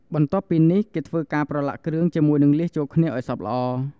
បន្ទាប់ពីនេះគេធ្វើការប្រឡាក់គ្រឿងជាមួយនឹងលៀសចូលគ្នា ឲ្យបានសព្វល្អ។